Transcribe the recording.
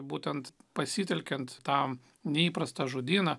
būtent pasitelkiant tą neįprastą žodyną